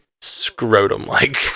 scrotum-like